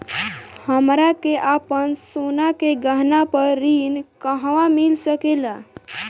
हमरा के आपन सोना के गहना पर ऋण कहवा मिल सकेला?